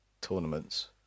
tournaments